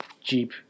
Jeep